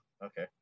Okay